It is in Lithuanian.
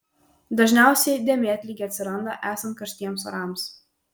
dažniausiai dėmėtligė atsiranda esant karštiems orams